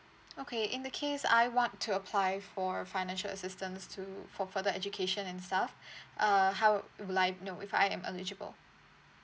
okay in that case I want to apply for financial assistance to for for the education and stuff uh how will I know if I am eligible